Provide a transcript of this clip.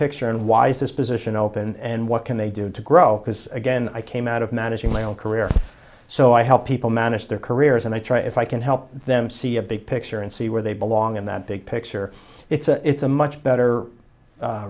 picture and why is this position open and what can they do to grow because again i came out of managing my own career so i help people manage their careers and i try if i can help them see a big picture and see where they belong in that big picture it's a it's a much better